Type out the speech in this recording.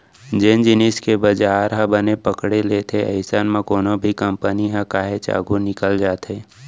जेन जिनिस के बजार ह बने पकड़े लेथे अइसन म कोनो भी कंपनी ह काहेच आघू निकल जाथे